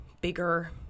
bigger